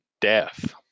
death